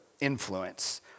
influence